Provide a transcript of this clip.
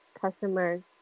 customers